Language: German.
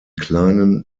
kleinen